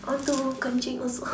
I want to kenching also